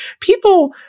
People